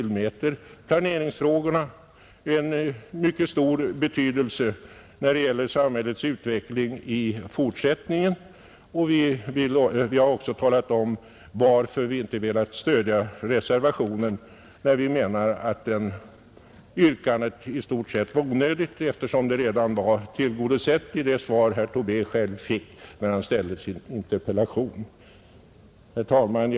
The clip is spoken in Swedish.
Vi tillmäter dem en mycket stor betydelse när det gäller samhällets utveckling i fortsättningen, och vi har också talat om varför vi inte velat stödja reservationen. Vi menar att reservationsyrkandet i stort sett är onödigt, eftersom det redan är tillgodosett i det svar som herr Tobé fick på sin interpellation, Herr talman!